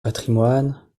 patrimoine